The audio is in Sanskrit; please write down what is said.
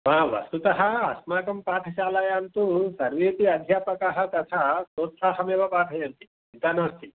आ वस्तुतः अस्माकं पाठशालायां तु सर्वेपि अध्यापकाः तथा सोत्साहमेव पाठयन्ति चिन्ता नास्ति